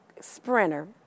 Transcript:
sprinter